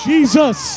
Jesus